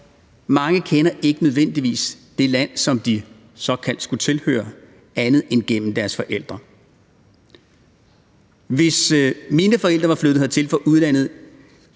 mange kender ikke nødvendigvis det land, som de skulle såkaldt tilhøre, andet end gennem deres forældre. Hvis mine forældre var flyttet hertil fra udlandet,